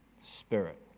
spirit